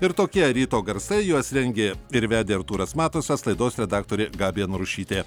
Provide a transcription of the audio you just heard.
ir tokie ryto garsai juos rengė ir vedė artūras matusas laidos redaktorė gabija narušytė